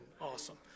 awesome